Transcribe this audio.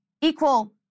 equal